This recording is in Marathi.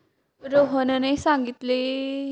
रोहनने सांगितले की त्याला पोषक आहाराबद्दल बरीच माहिती आहे